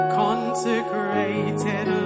consecrated